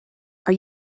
are